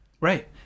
Right